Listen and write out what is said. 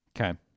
Okay